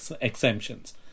exemptions